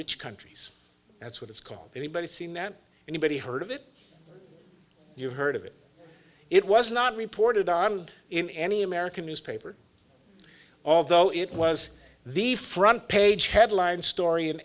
rich countries that's what it's called anybody seen that anybody heard of it you heard of it it was not reported on in any american newspaper although it was the front page headline story in